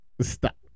Stop